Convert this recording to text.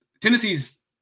Tennessee's